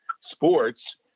sports